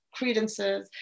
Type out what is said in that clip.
credences